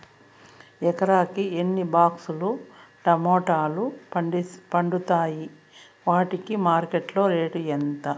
ఎకరాకి ఎన్ని బాక్స్ లు టమోటాలు పండుతాయి వాటికి మార్కెట్లో రేటు ఎంత?